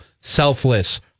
selfless